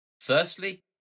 Firstly